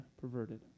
perverted